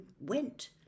went